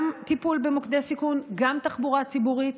גם טיפול במוקדי סיכון, גם תחבורה ציבורית,